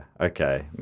Okay